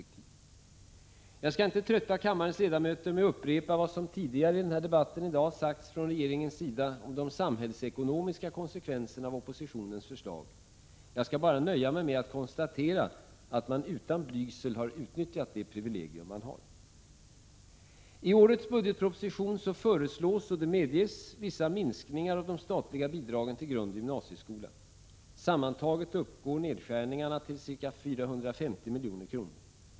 Jag skall inte trötta kammarens ledamöter med att upprepa vad som tidigare i denna debatt sagts från regeringens sida om de samhällsekonomiska konsekvenserna av oppositionens förslag, utan nöjer mig med att konstatera att man utan blygsel utnyttjat sitt privilegium. I årets budgetproposition föreslås — det medges — vissa minskningar av de statliga bidragen till grundoch gymnasieskola. Sammantaget uppgår besparingarna till ca 450 milj.kr.